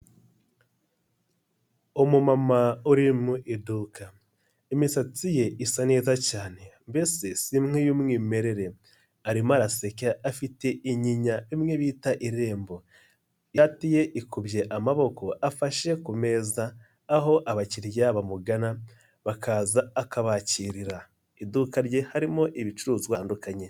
Umumama uri mu iduka, imisatsi ye isa neza cyane mbese imwe y'umwimerere, arimo araseka afite inyinya imwe bita irembo, ishati ye ikubye amaboko, afashe ku meza aho abakiriya bamugana bakaza akabakirira, iduka rye harimo ibicuruzwa bitandukanye.